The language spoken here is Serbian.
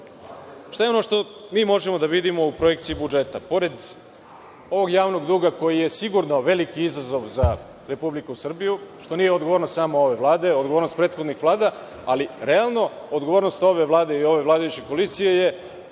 je ono što mi možemo da vidimo u projekciji budžeta?